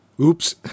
Oops